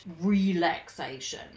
relaxation